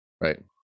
right